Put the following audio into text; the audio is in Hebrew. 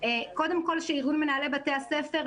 קודם כל שארגון מנהלי בתי הספר,